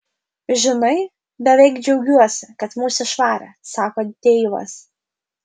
žinai beveik džiaugiuosi kad mus išvarė sako deivas